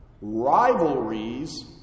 rivalries